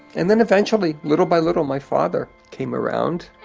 and then eventually, little by little, my father came around.